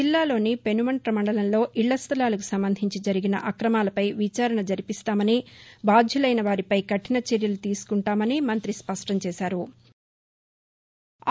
జిల్లాలోని పెనుమంట్ర మండలంలో ఇళ్ల స్థలాలకు సంబంధించి జరిగిన అక్రమాలపై విచారణ జరిపిస్తామని బాధ్యులైన వారిపై కఠిన చర్యలు తీసుకుంటామని మం్రతి స్పష్టం చేశారు